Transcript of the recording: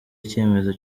icyemezo